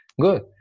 Good